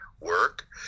work